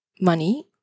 money